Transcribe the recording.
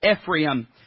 Ephraim